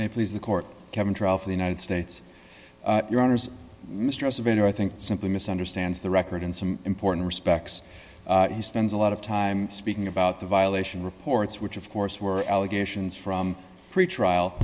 please the court kevin trial for the united states your honors mistress of enter i think simply misunderstands the record in some important respects he spends a lot of time speaking about the violation reports which of course were allegations from pretrial